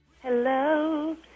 Hello